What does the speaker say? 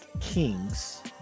kings